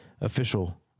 official